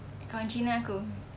kawan cina aku